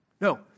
No